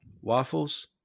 waffles